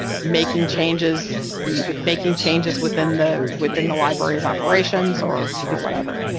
making changes making changes within the within the library's operations, or or whatever.